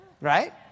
Right